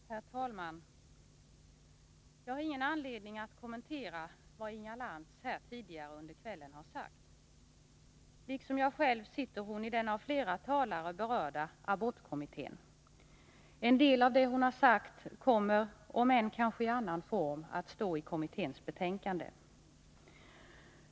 Herr talman! Jag har ingen anledning att kommentera vad Inga Lantz tidigare i dag har sagt. Liksom jag själv sitter hon i den av flera talare berörda abortkommittén. En del av det hon har sagt kommer, om än kanske i annan form, att stå i kommitténs betänkande.